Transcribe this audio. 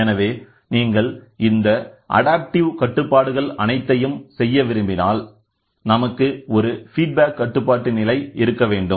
எனவே நீங்கள் இந்த அடாப்டிப் கட்டுப்பாடுகள் அனைத்தையும் செய்ய விரும்பினால் நமக்கு ஒரு ஃபீட்பேக் கட்டுப்பாட்டு நிலை இருக்கவேண்டும்